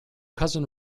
cousin